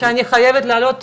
שאני חייבת להעלות.